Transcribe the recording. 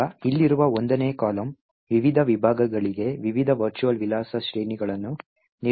ಈಗ ಇಲ್ಲಿರುವ 1 ನೇ ಕಾಲಮ್ ವಿವಿಧ ವಿಭಾಗಗಳಿಗೆ ವಿವಿಧ ವರ್ಚುವಲ್ ವಿಳಾಸ ಶ್ರೇಣಿಗಳನ್ನು ನಿರ್ದಿಷ್ಟಪಡಿಸುತ್ತದೆ